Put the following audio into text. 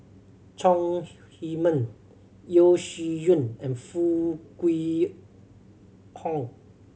Chong Heman Yeo Shih Yun and Foo Kwee Horng